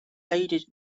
aided